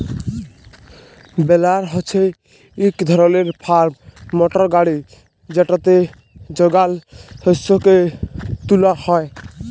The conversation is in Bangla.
বেলার হছে ইক ধরলের ফার্ম মটর গাড়ি যেটতে যগাল শস্যকে তুলা হ্যয়